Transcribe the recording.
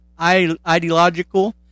ideological